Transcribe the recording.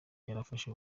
yarafashe